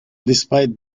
despite